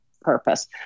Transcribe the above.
purpose